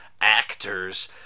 actors